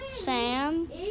Sam